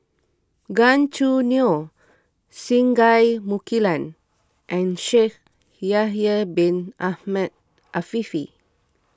Gan Choo Neo Singai Mukilan and Shaikh Yahya Bin Ahmed Afifi